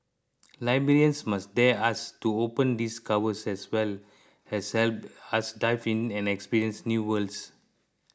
librarians must dare us to open these covers as well as help us dive in and experience new worlds